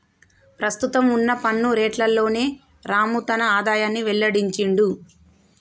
ప్రస్తుతం వున్న పన్ను రేట్లలోనే రాము తన ఆదాయాన్ని వెల్లడించిండు